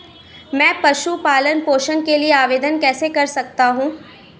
मैं पशु पालन पोषण के लिए आवेदन कैसे कर सकता हूँ?